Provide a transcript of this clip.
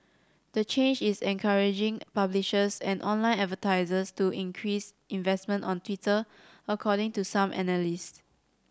the change is encouraging publishers and online advertisers to increase investment on Twitter according to some analysts